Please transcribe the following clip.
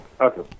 okay